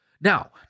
Now